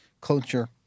culture